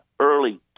early